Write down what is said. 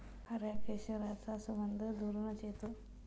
खऱ्या केशराचा सुगंध दुरूनच येतो